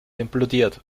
implodiert